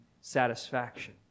satisfaction